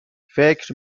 فکر